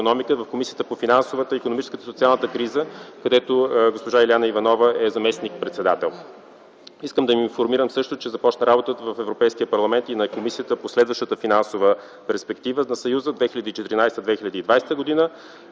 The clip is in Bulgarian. в Комисията по финансовата, икономическата, социалната криза, където госпожа Илияна Иванова е заместник-председател. Искам да ви информирам също, че започна работата в Европейския парламент и на Комисията по следващата финансова перспектива за Съюза за 2014-2020 г.